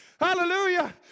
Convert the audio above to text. Hallelujah